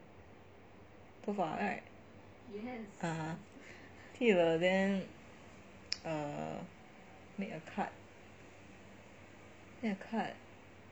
头发 right (uh huh) 剃了 then err make a cut make a cut